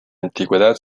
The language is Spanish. antigüedad